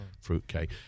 fruitcake